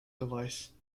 device